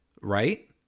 right